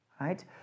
right